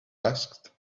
asked